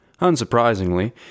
Unsurprisingly